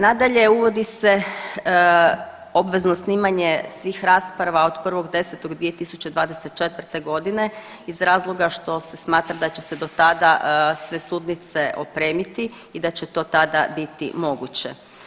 Nadalje, uvodi se obvezno snimanje svih rasprava od 1.10.2024. godine iz razloga što se smatra da će se do tada sve sudnice opremiti i da će to tada biti moguće.